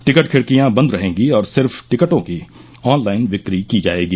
ticket खिड़कियां बंद रहेंगी और सिर्फ टिकटों की ऑनलाइन बिक्री की जाएगी